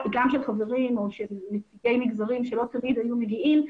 גם של חברים או של נציגי מגזרים שלא תמיד היו מגיעים,